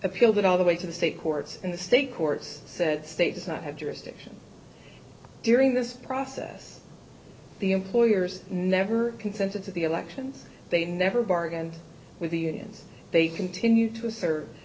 appealed it all the way to the state courts and the state courts said state does not have jurisdiction during this process the employers never consented to the elections they never bargained with the unions they continue to assert